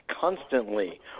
constantly